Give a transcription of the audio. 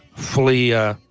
Fully